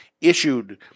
issued